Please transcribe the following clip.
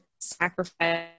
sacrifice